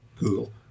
Google